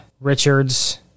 Richards